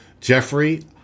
Jeffrey